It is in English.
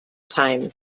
time